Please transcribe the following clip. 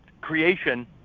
creation